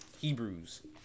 Hebrews